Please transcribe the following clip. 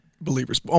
believers